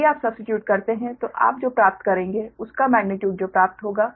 यदि आप सब्स्टीट्यूट करते हैं तो आप जो प्राप्त करेंगे उसका मेग्नीट्यूड जो प्राप्त होगा